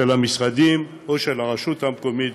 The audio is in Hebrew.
של המשרדים או של הרשות המקומית,